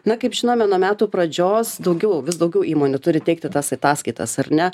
na kaip žinome nuo metų pradžios daugiau vis daugiau įmonių turi teikti tas ataskaitas ar ne